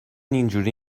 اینجوری